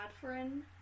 friend